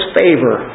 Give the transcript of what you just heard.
favor